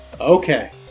Okay